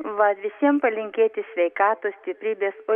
va visiem palinkėti sveikatos stiprybės o